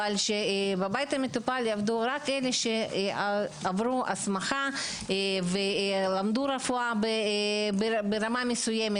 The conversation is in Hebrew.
אבל שבבית המטופל יעבדו רק אלה שעברו הסמכה ולמדו רפואה ברמה מסוימת.